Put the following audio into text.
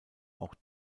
auch